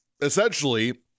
essentially